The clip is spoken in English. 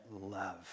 love